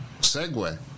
segue